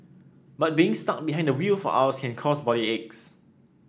but being stuck behind the wheel for hours can cause body aches